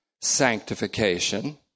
sanctification